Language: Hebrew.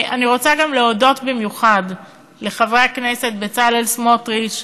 אני רוצה גם להודות במיוחד לחברי הכנסת בצלאל סמוטריץ,